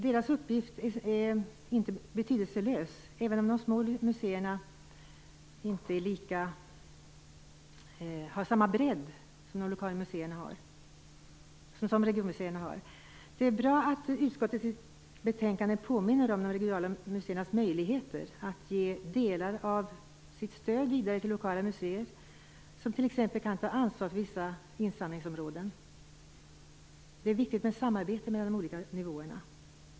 Deras uppgift är inte betydelselös, även om de små museerna inte har samma bredd som regionmuseerna har. Det är bra att utskottet i sitt betänkande påminner om de regionala museernas möjligheter att ge delar av sitt stöd vidare till lokala museer som t.ex. kan ta ansvar för vissa insamlingsområden. Det är viktigt med samarbete mellan de olika nivåerna.